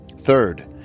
Third